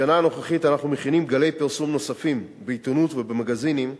בשנה הנוכחית אנחנו מכינים גלי פרסום נוספים בעיתונות ובמגזינים,